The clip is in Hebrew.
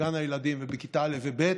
בגן הילדים ובכיתות א' וב'